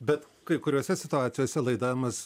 bet kai kuriose situacijose laidavimas